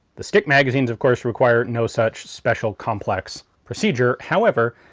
the stick magazines of course required no such special complex procedure. however,